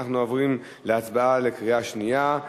אנחנו עוברים לקריאה שנייה.